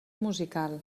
musical